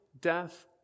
death